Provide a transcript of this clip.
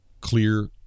clear